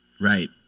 Right